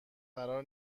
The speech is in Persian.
قرار